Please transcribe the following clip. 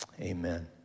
amen